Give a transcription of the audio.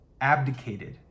abdicated